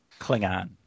Klingon